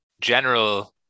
general